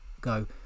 go